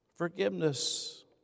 Forgiveness